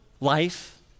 life